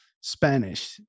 Spanish